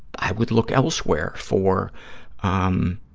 i would look elsewhere for um